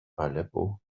aleppo